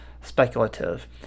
speculative